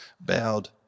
bowed